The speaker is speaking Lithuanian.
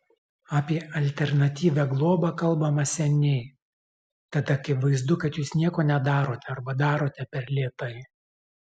apie alternatyvią globą kalbama seniai tad akivaizdu kad jūs nieko nedarote arba darote per lėtai